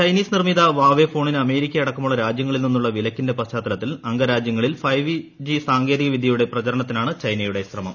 Chinese നിർമ്മിത Huawei ഫോണിന് അമേരിക്കയടക്കമുള്ള രാജൃങ്ങളിൽ നിന്നുള്ള വിലക്കിന്റെ പശ്ചാത്തലത്തിൽ അംഗ രാജ്യങ്ങളിൽ ഫൈവ് ജി സാങ്കേതിക വിദ്യയുടെ പ്രചാരണത്തിനാണ് ചൈനയുടെ ശ്രമം